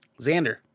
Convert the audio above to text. Xander